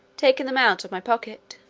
taking them out of my pocket.